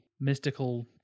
mystical